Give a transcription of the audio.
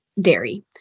dairy